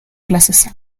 clases